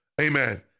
Amen